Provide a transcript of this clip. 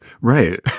Right